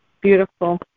beautiful